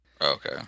Okay